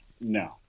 No